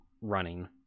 running